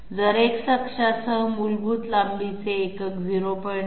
जर X अक्षासह मूलभूत लांबीचे एकक 0